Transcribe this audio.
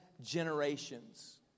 generations